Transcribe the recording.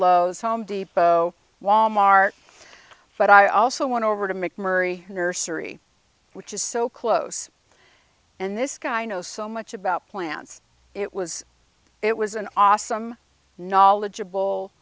lowe's home depot wal mart but i also want to over to mcmurtry nursery which is so close and this guy knows so much about plants it was it was an awesome knowledgeable